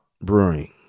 Brewing